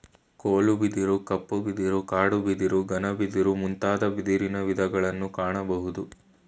ಕೋಲು ಬಿದಿರು, ಕಪ್ಪು ಬಿದಿರು, ಕಾಡು ಬಿದಿರು, ಘನ ಬಿದಿರು ಮುಂತಾದ ಬಿದಿರಿನ ವಿಧಗಳನ್ನು ಕಾಣಬೋದು